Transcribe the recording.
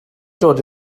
dod